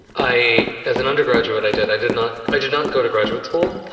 i as an undergraduate, i did. i did not. i did not go to graduate school.